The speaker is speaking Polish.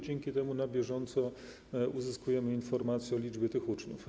Dzięki temu na bieżąco uzyskujemy informacje o liczbie tych uczniów.